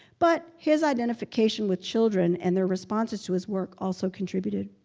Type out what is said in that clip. but his identification with children and their responses to his work also contributed.